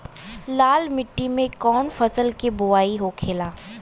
लाल मिट्टी में कौन फसल के बोवाई होखेला?